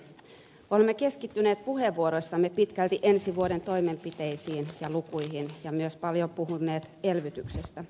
olemme keskittyneet puheenvuoroissamme pitkälti ensi vuoden toimenpiteisiin ja lukuihin ja myös paljon puhuneet elvytyksestä